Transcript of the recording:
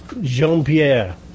Jean-Pierre